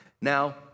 Now